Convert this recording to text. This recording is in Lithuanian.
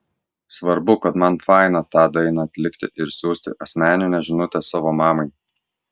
svarbu kad man faina tą dainą atlikti ir siųsti asmeninę žinutę savo mamai